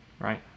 Right